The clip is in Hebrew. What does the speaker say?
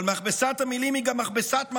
אבל מכבסת המילים היא גם מכבסת מעשים,